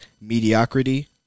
mediocrity